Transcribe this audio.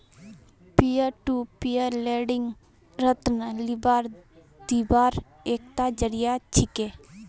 peer to peer lending ऋण लीबार दिबार एकता जरिया छिके